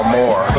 more